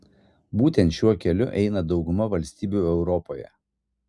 būtent šiuo keliu eina dauguma valstybių europoje